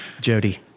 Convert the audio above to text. Jody